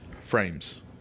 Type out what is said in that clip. frames